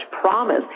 promise